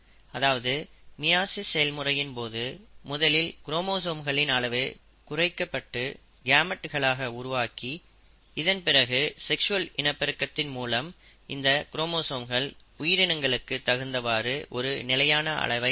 அதாவது மியாசிஸ் செயல்முறையின் போது முதலில் குரோமோசோம்களின் அளவு குறைக்கப்பட்டு கேமெட்களாக உருவாக்கி இதன்பிறகு செக்ஸ்வல் இனப்பெருக்கத்தின் மூலம் இந்த குரோமோசோம்கள் உயிரினங்களுக்கு தகுந்தவாறு ஒரு நிலையான அளவை அடையும்